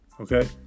Okay